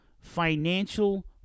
financial